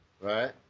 Right